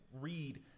read